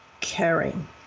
caring